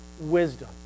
wisdom